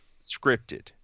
scripted